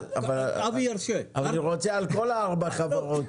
אני רוצה על כל ארבע החברות.